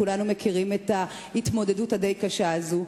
כולנו מכירים את ההתמודדות הדי קשה הזו.